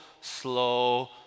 slow